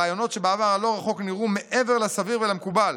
רעיונות שבעבר הלא-רחוק נראו מעבר לסביר ולמקובל.